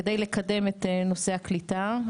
כדי לקדם את נושא הקליטה.